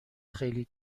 خیلی